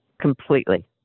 completely